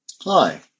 Hi